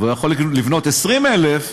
והוא יכול לבנות 20,000,